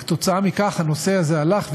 וכתוצאה מכך הנושא הזה הלך והתעצם,